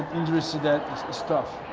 interesting stuff.